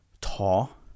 tall